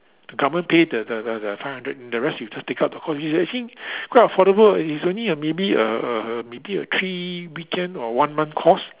the government pay the the the the five hundred the rest you just take up the course which I think quite affordable it's only a maybe a a maybe a three weekend or one month course